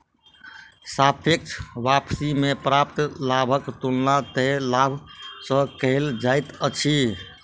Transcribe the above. सापेक्ष वापसी में प्राप्त लाभक तुलना तय लाभ सॅ कएल जाइत अछि